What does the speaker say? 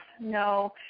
no